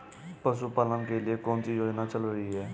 पशुपालन के लिए कौन सी योजना चल रही है?